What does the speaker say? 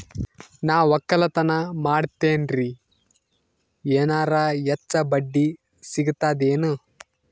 ನಾ ಒಕ್ಕಲತನ ಮಾಡತೆನ್ರಿ ಎನೆರ ಹೆಚ್ಚ ಬಡ್ಡಿ ಸಿಗತದೇನು?